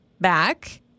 back